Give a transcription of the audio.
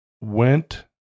went